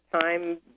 time